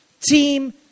team